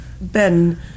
Ben